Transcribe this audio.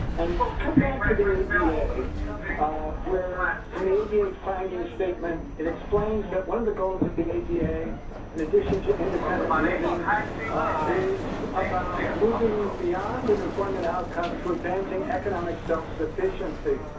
and come back to the ada where in the ada findings statement it explains that one of the goals of the the ada in addition to independent living is about moving beyond an employment outcome to advancing economic self-sufficiency.